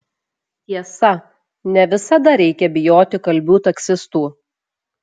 tiesa ne visada reikia bijoti kalbių taksistų